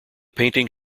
painting